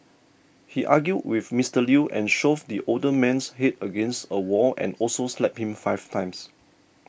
he argued with Mister Lew and shoved the older man's head against a wall and also slapped him five times